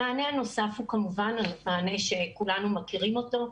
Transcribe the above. המענה הנוסף הוא כמובן מענה שכולנו מכירים אותו,